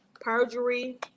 perjury